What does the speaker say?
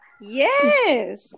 yes